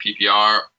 PPR